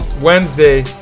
Wednesday